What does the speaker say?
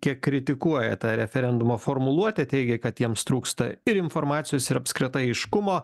kiek kritikuoja tą referendumo formuluotę teigė kad jiems trūksta ir informacijos ir apskritai aiškumo